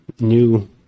new